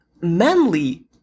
manly